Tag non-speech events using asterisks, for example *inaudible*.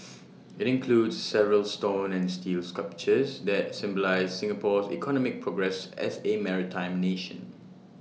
*noise* IT includes several stone and steel sculptures that symbolise Singapore's economic progress as A maritime nation